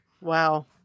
Wow